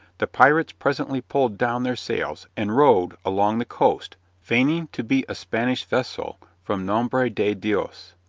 the pirates presently pulled down their sails and rowed along the coast, feigning to be a spanish vessel from nombre de dios.